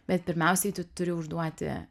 bet pirmiausiai tu turi užduoti